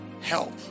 help